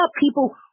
people